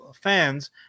fans